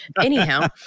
Anyhow